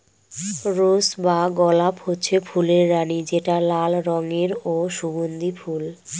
rose বা গলাপ হচ্ছে ফুলের রানী যেটা লাল রঙের ও সুগন্ধি ফুল